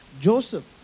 Joseph